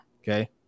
okay